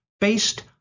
based